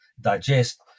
digest